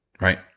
right